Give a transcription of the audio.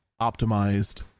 optimized